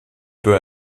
peu